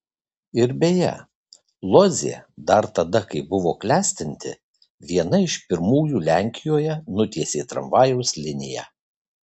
ir beje lodzė dar tada kai buvo klestinti viena iš pirmųjų lenkijoje nutiesė tramvajaus liniją